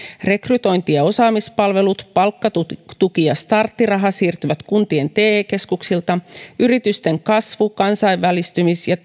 rekrytointi ja osaamispalvelut palkkatuki ja starttiraha siirtyvät kuntien te keskuksilta yritysten kasvu kansainvälistymis ja